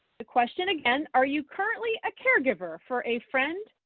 the question again, are you currently a caregiver for a friend,